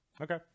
Okay